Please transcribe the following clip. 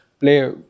play